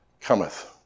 cometh